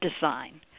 design